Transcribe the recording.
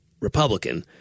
republican